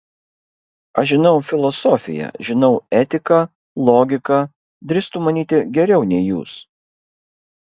aš žinau filosofiją žinau etiką logiką drįstu manyti geriau nei jūs